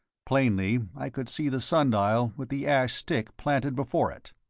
plainly i could see the sun-dial with the ash stick planted before it.